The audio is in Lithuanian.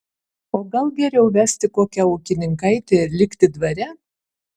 o gal geriau vesti kokią ūkininkaitę ir likti dvare